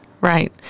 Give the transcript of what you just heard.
right